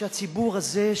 שהציבור הזה,